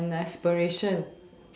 and aspiration